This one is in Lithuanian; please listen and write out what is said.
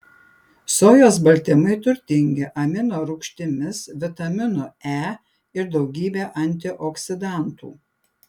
sojos baltymai turtingi aminorūgštimis vitaminu e ir daugybe antioksidantų